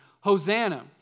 Hosanna